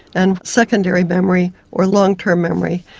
and secondary memory or long-term memory.